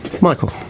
Michael